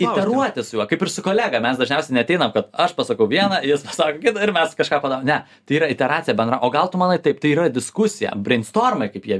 iteruoti su juo kaip ir su kolega mes dažniausiai neateinam kad aš pasakau viena jis pasako kita ir mes kažką padarom ne tai yra iteracija bendra o gal tu manai taip tai yra diskusija brinstormai kaip jie